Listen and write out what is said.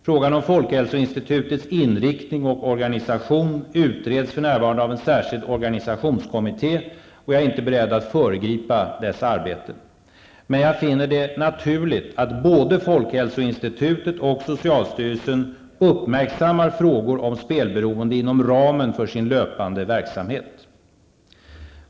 Frågan om folkhälsoinstitutets inriktning och organisation utreds för närvarande av en särskild organisationskommitté, och jag är inte beredd att föregripa dess arbete. Men jag finner det naturligt att både folkhälsoinstitutet och socialstyrelsen uppmärksammar frågor om spelberoende inom ramen för sin löpande verksamhet.